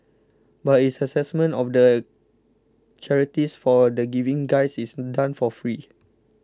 but its assessment of the charities for the Giving Guides is done for free